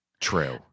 True